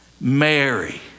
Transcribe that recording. Mary